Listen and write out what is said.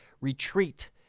retreat